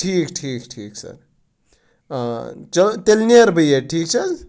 ٹھیٖک ٹھیٖک ٹھیٖک سَر چَلو تیٚلہِ نیرٕ بہٕ ییٚتہِ ٹھیٖک چھِ حظ